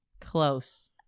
close